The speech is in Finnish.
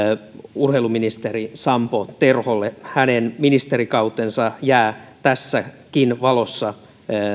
urheiluministeri sampo terholle hänen ministerikautensa jää tässäkin valossa